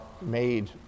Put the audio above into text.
made